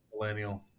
Millennial